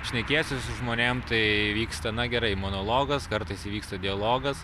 šnekiesi su žmonėm tai vyksta na gerai monologas kartais įvyksta dialogas